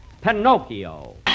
Pinocchio